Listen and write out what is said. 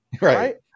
right